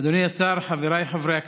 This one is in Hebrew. אדוני השר, חבריי חברי הכנסת,